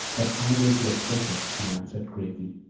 but idle to express it, she answered gravely.